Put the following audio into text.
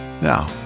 Now